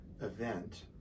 event